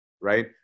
Right